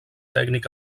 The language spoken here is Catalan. tècnic